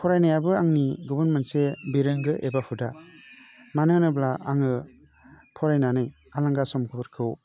फरायनायाबो आंनि गुबुन मोनसे बिरोंगो एबा हुदा मानो होनोब्ला आङो फरायनानै आलांगा समफोरखौ